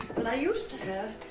well i used to have